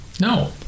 No